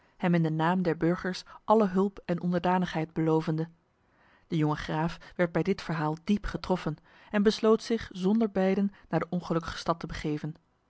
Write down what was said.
in de naam der burgers alle hulp en onderdanigheid belovende de jonge graaf werd bij dit verhaal diep getroffen en besloot zich zonder beiden naar de ongelukkige stad te begeven